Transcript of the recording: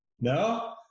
No